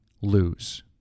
lose